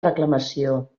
reclamació